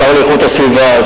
השר לאיכות הסביבה,